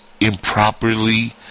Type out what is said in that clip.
improperly